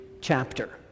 chapter